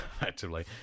effectively